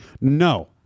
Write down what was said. No